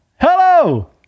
Hello